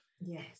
Yes